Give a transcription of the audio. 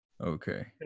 Okay